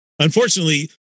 Unfortunately